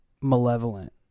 malevolent